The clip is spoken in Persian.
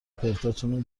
پرتاتون